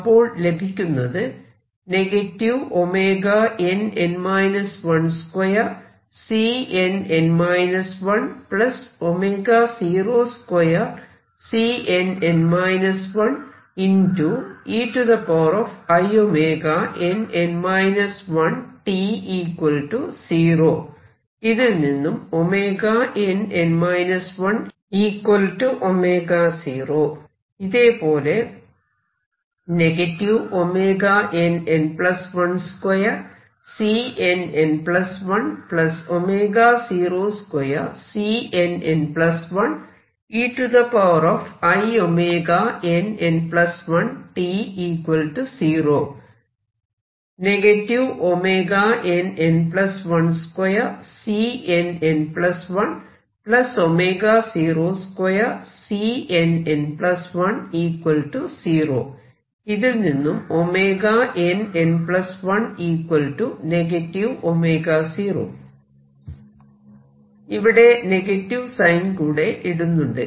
അപ്പോൾ ലഭിക്കുന്നത് ഇതിൽ നിന്നും nn 10 ഇതേപോലെ ഇതിൽ നിന്നും nn1 0 ഇവിടെ നെഗറ്റീവ് സൈൻ കൂടെ ഇടുന്നുണ്ട്